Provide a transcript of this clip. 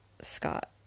Scott